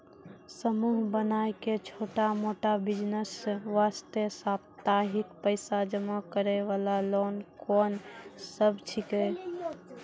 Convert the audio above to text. समूह बनाय के छोटा मोटा बिज़नेस वास्ते साप्ताहिक पैसा जमा करे वाला लोन कोंन सब छीके?